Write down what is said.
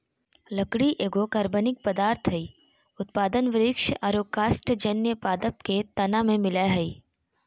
लकड़ी एगो कार्बनिक पदार्थ हई, उत्पादन वृक्ष आरो कास्टजन्य पादप के तना में मिलअ हई